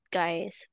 guys